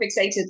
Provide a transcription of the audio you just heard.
fixated